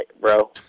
bro